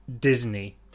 Disney